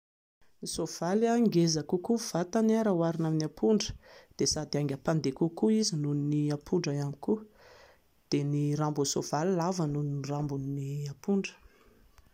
Ny soavaly ngeza kokoa ny vatany raha oharina amin'ny apondra, dia sady aingam-pandeha kokoa izy noho ny apondra ihany koa, dia ny rambon'ny soavaly lava noho ny rambon'ny apondra.